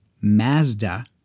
Mazda